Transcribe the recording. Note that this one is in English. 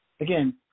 Again